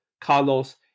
Carlos